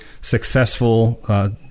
successful